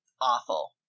awful